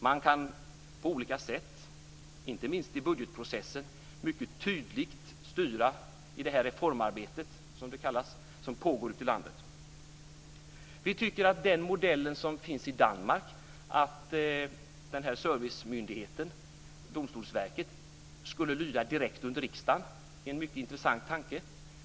Man kan på olika sätt, inte minst i budgetprocessen, mycket tydligt styra i det här reformarbetet, som det kallas, som pågår ute i landet. Vi tycker att den modell som finns i Danmark, där servicemyndigheten, Domstolsverket, lyder direkt under riksdagen, är mycket intressant.